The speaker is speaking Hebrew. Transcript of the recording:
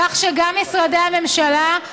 כך שגם משרדי הממשלה,